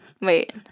wait